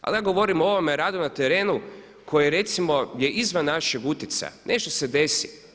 Ali ja govorim o ovome radu na terenu koji recimo je izvan našeg utjecaja jer nešto se desi.